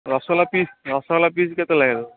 rasgulla piece rasgulla piece କେତେ ଲାଗିବ